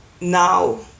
now